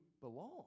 belong